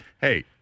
Hey